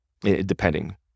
depending